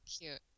cute